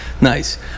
Nice